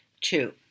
Two